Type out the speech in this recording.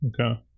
Okay